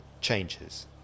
changes